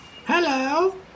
Hello